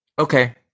Okay